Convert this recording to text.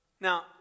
Now